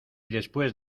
después